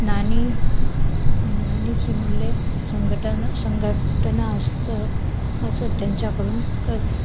नाणी नाणीचे मूल्ये संघटना संघटना असतं असं त्यांच्याकडून करते